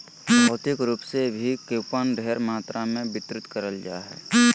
भौतिक रूप से भी कूपन ढेर मात्रा मे वितरित करल जा हय